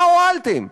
מה הועלתם?